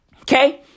Okay